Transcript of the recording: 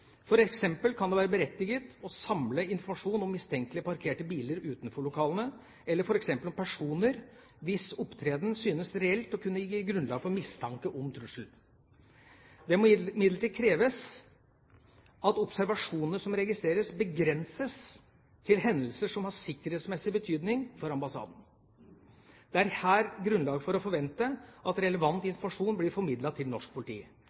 kan det være berettiget å samle informasjon om mistenkelig parkerte biler utenfor lokalene, eller f.eks. om personer hvis opptreden synes reelt å kunne gi grunnlag for mistanke om trussel. Det må imidlertid kreves at observasjonene som registreres, begrenses til hendelser som har sikkerhetsmessig betydning for ambassaden. Det er her grunnlag for å forvente at relevant informasjon blir formidlet til norsk politi.